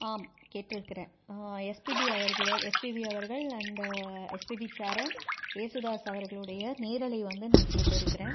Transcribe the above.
ஆம் கேட்டிருக்கிறேன் எஸ்பிபி அவர்களோ எஸ்பிபி அவர்கள் அண்டு எஸ்பிபி சரண் ஏசுதாஸ் அவர்களுடைய நேரலை வந்து நான் கேட்டிருக்கிறேன்